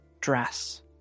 dress